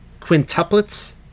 Quintuplets